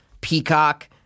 Peacock